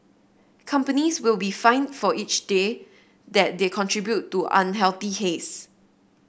companies will be fined for each day that they contribute to unhealthy haze